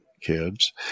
kids